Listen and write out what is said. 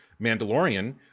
Mandalorian